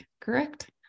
Correct